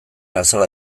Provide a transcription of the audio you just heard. azala